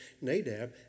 Nadab